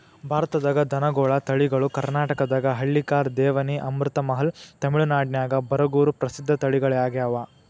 ಭಾರತದಾಗ ದನಗೋಳ ತಳಿಗಳು ಕರ್ನಾಟಕದಾಗ ಹಳ್ಳಿಕಾರ್, ದೇವನಿ, ಅಮೃತಮಹಲ್, ತಮಿಳನಾಡಿನ್ಯಾಗ ಬರಗೂರು ಪ್ರಸಿದ್ಧ ತಳಿಗಳಗ್ಯಾವ